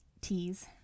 teas